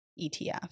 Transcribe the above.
ETF